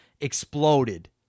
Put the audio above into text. exploded